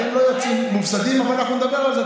אתם לא יוצאים מופסדים, אבל אנחנו נדבר על זה.